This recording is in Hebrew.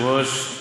אדוני היושב-ראש,